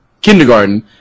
kindergarten